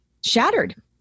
shattered